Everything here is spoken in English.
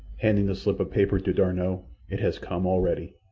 handing the slip of paper to d'arnot. it has come already.